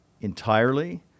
entirely